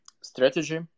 strategy